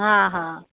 हा हा